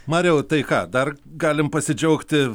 mariau tai ką dar galim pasidžiaugti